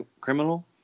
criminal